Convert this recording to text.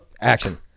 Action